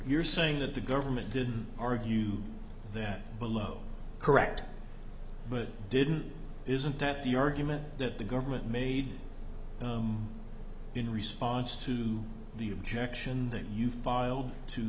you're saying that the government did argue that below correct but didn't isn't that the argument that the government made in response to the objection that you filed to